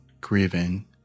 grieving